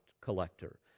collector